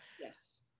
yes